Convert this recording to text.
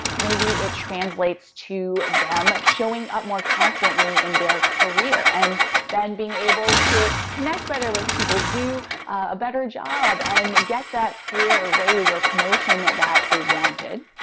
maybe it translates to them showing up more confidently in their career, and then being able to connect better with people, do a better job, and get that career, or raise, or promotion that they wanted.